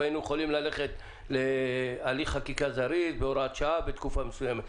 והיינו יכולים ללכת להליך חקיקה זריז בהוראת שעה בתקופה מסוימת.